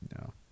No